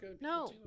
no